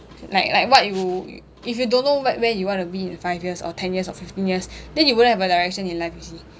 like like what you if you don't know what where you wanna be five years or ten years or fifteen years then you wouldn't have a direction in life you see